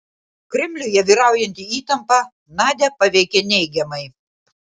kremliuje vyraujanti įtampa nadią paveikė neigiamai